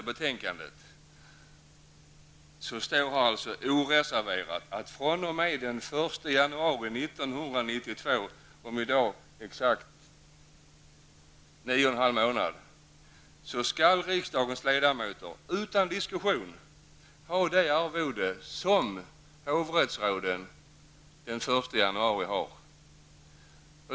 I betänkandet står oreserverat att fr.o.m. den 1 januari 1992 -- om exakt nio och en halv månad -- skall riksdagens ledamöter, utan diskussion, ha det arvode som hovrättsråden har den 1 januari.